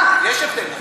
מה, יש הבדל.